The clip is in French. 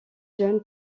jeune